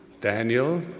Daniel